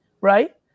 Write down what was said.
right